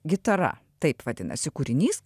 gitara taip vadinasi kūrinys